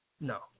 No